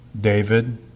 David